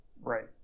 right